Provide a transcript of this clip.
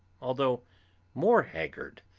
although more haggard,